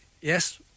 yes